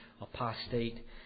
apostate